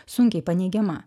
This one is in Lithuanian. sunkiai paneigiama